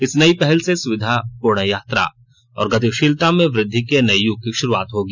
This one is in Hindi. इस नई पहल से सुविधापूर्ण यात्रा और गतिशीलता में वृद्धि के नए युग की शुरुआत होगी